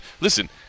listen